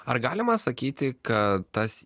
ar galima sakyti kad tas